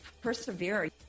persevere